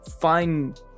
find